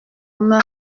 main